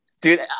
Dude